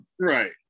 Right